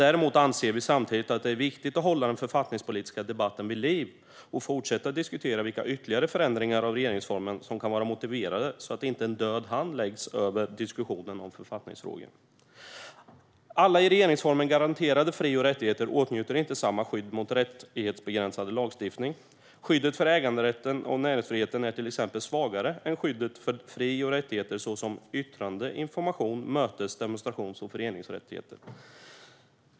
Vi anser dock samtidigt att det är viktigt att hålla den författningspolitiska debatten vid liv och fortsätta diskutera vilka ytterligare förändringar av regeringsformen som kan vara motiverade, så att inte en död hand läggs över diskussionen om författningsfrågor. Alla i regeringsformen garanterade fri och rättigheter åtnjuter inte samma skydd mot rättighetsbegränsande lagstiftning. Skyddet för äganderätten och näringsfriheten är till exempel svagare än skyddet för fri och rättigheter såsom yttrande, informations, mötes, demonstrations och föreningsrättigheterna.